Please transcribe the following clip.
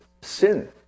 sin